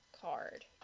card